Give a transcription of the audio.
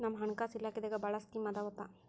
ನಮ್ ಹಣಕಾಸ ಇಲಾಖೆದಾಗ ಭಾಳ್ ಸ್ಕೇಮ್ ಆದಾವೊಪಾ